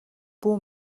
бүү